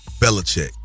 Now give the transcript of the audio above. Belichick